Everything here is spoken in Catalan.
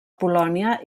polònia